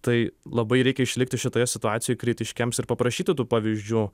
tai labai reikia išlikti šitoje situacijoj kritiškiems ir paprašyti tų pavyzdžių